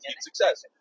success